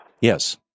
Yes